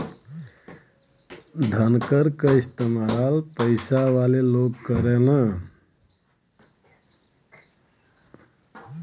धनकर क इस्तेमाल पइसा वाले लोग करेलन